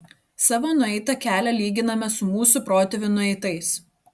savo nueitą kelią lyginame su mūsų protėvių nueitais